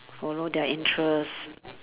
follow their interests